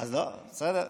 אני רוצה לשמוע.